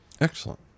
Excellent